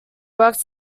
worked